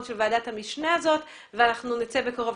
של ועדת המשנה הזאת ובקרוב נצא לבחירות,